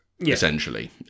essentially